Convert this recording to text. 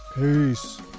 Peace